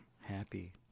happy